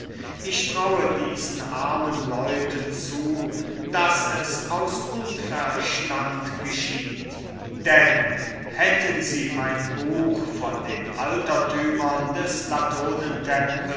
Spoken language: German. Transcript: ich traue diesen armen leuten zu daß es aus unverstand geschieht denn hätten sie mein buch von den altertümern des